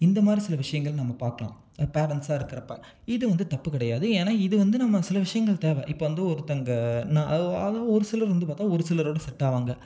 இந்த மாதிரி சில விஷயங்கள் நம்ம பார்க்கலாம் பேரண்ட்ஸாக இருக்கிறப்ப இது வந்து தப்பு கிடையாது ஏன்னால் இது வந்து நம்ம சில விஷயங்கள் தேவை இப்போ வந்து ஒருத்தங்க நான் அ அதாவது ஒரு சிலர் வந்து பார்த்தா ஒரு சிலரோட செட் ஆவாங்க